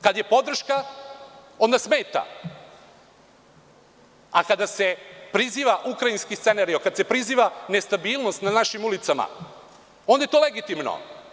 Kada je podrška onda smeta, a kada se priziva ukrajinski scenario, kada se priziva nestabilnost na našim ulicama onda je to legitimno.